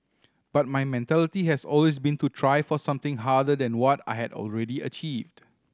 but my mentality has always been to try for something harder than what I had already achieved